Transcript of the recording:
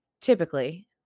typically